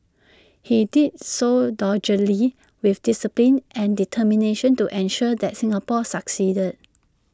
he did so doggedly with discipline and determination to ensure that Singapore succeeded